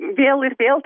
vėl ir vėl